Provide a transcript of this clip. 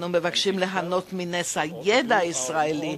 אנו מבקשים ליהנות מנס הידע הישראלי,